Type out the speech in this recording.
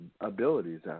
abilities